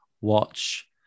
watch